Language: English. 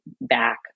back